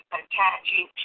attaching